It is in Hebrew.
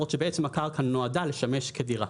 למרות שהקרקע נועדה לשמש כדירה.